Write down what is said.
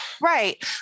right